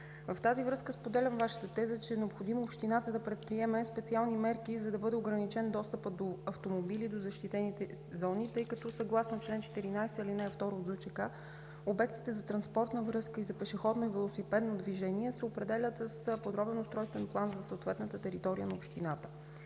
В тази връзка споделям Вашата теза, че е необходимо общината да предприеме специални мерки, за да бъде ограничен достъпът на автомобили до защитените зони, тъй като съгласно чл. 14, ал. 2 от ЗУЧК, обектите за транспортна връзка и за пешеходно и велосипедно движение се определят с подробен устройствен план за съответната територия на общината.